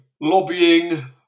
lobbying